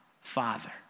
Father